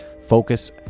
focus